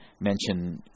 mention